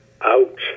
out